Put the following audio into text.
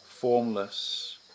formless